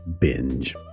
binge